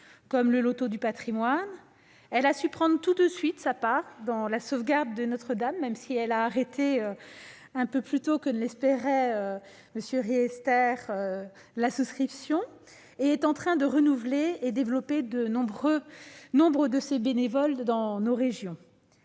comme le loto du patrimoine. Elle a su prendre tout de suite sa part dans la sauvegarde de Notre-Dame, même si elle a arrêté sa souscription un peu plus tôt que ne l'espérait M. Riester. Enfin, elle est en train de renouveler et de développer le nombre de ses bénévoles dans nos régions.